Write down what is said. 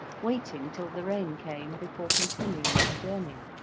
waiting till the rain came before continuing my journey.